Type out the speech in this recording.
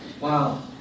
Wow